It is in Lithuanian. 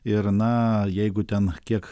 ir na jeigu ten kiek